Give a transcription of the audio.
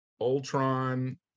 ultron